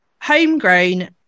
Homegrown